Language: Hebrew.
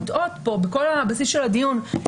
בכל הבסיס של הדיון יש שתי משוואות מוטעות.